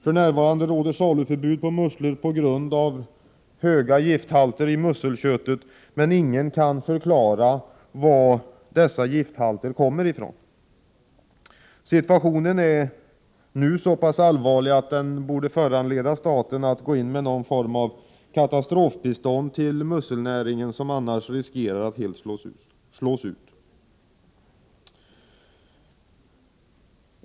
För närvarande råder förbud att saluföra musslor på grund av höga gifthalter i musselköttet, men ingen kan förklara varifrån dessa gifthalter kommer. Situationen är nu så allvarlig att den borde föranleda staten att gå in med någon form av katastrofbistånd till musselnäringen, som annars riskerar att helt slås ut.